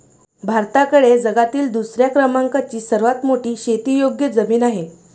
भारताकडे जगातील दुसऱ्या क्रमांकाची सर्वात मोठी शेतीयोग्य जमीन आहे